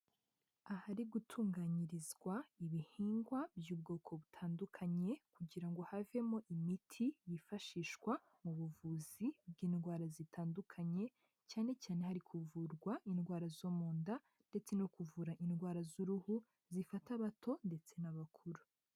Ahari gutunganyirizwa ibihingwa by'ubwoko butandukanye, kugira ngo havemo imiti yifashishwa mu buvuzi bw'indwara zitandukanye, cyane cyane hari kuvurwa indwara zo mu nda ndetse no kuvura indwara z'uruhu, zifata abato ndetse n'abakuru.